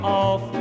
off